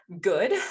good